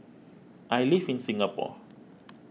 I live in Singapore